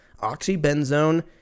Oxybenzone